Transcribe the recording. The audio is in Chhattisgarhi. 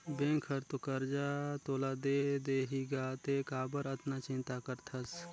बेंक हर तो करजा तोला दे देहीगा तें काबर अतना चिंता करथस